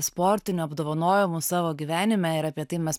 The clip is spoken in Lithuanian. sportinių apdovanojimų savo gyvenime ir apie tai mes